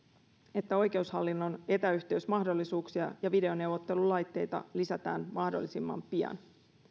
että oikeushallinnon etäyhteysmahdollisuuksia ja videoneuvottelulaitteita lisätään mahdollisimman pian